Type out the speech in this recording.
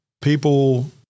People